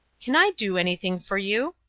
can i do anything for you?